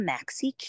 Maxi